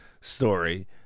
story